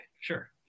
sure